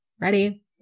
Ready